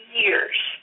years